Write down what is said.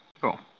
Cool